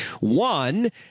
One